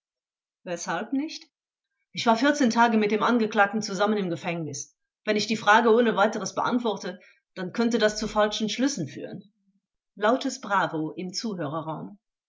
weshalb nicht zeuge ich war vierzehn tage mit dem angeklagten zusammen im gefängnis wenn ich die frage ohne weiteres beantworte dann könnte das zu falschen schlüssen führen lautes bravo im